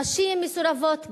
נשים מסורבות גט.